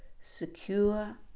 secure